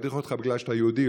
ידיחו אותך בגלל שאתה יהודי,